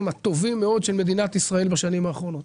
הטובים מאוד של מדינת ישראל בשנים האחרונות,